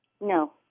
No